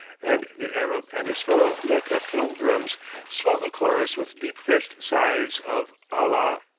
and the arab and his fellow mecca pilgrims swell the chorus with deep-fetched sighs of allah,